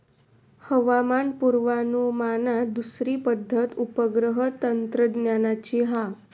हवामान पुर्वानुमानात दुसरी पद्धत उपग्रह तंत्रज्ञानाची हा